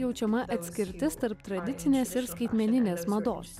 jaučiama atskirtis tarp tradicinės ir skaitmeninės mados